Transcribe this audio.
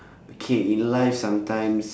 okay in life sometimes